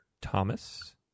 Thomas